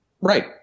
Right